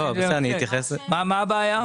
מה הבעיה?